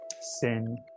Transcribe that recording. sin